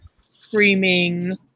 screaming